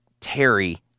Terry